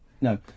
no